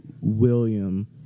William